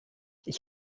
ich